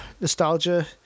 nostalgia